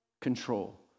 control